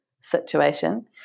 situation